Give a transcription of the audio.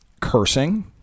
Cursing